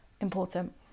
important